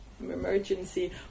emergency